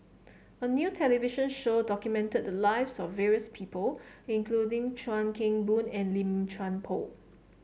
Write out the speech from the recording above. a new television show documented the lives of various people including Chuan Keng Boon and Lim Chuan Poh